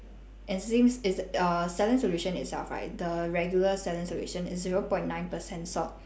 and seem it's uh saline solution itself right the regular saline solution is zero point nine percent salt